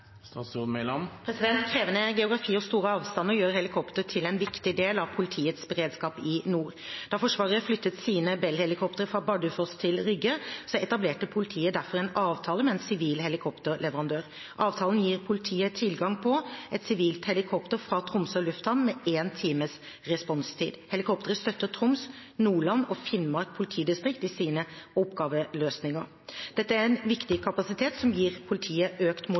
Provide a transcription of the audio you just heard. Krevende geografi og store avstander gjør helikopter til en viktig del av politiets beredskap i nord. Da Forsvaret flyttet sine Bell-helikoptre fra Bardufoss til Rygge, etablerte politiet derfor en avtale med en sivil helikopterleverandør. Avtalen gir politiet tilgang på et sivilt helikopter fra Tromsø lufthavn med én times responstid. Helikopteret støtter Troms, Nordland og Finnmark politidistrikter i deres oppgaveløsninger. Dette er en viktig kapasitet, som gir politiet økt